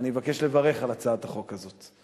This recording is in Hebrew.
אני מבקש לברך על הצעת החוק הזאת.